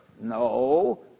No